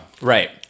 Right